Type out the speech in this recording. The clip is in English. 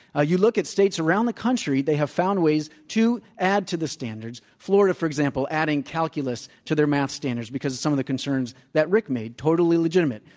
ah you look at states around the country, they have found ways to add to the standards. florida, for example, adding calculus to their math standards because of some of the concerns that rick made. totally legitimate.